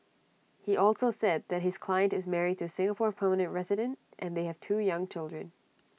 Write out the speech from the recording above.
he also said that his client is married to Singapore permanent resident and they have two young children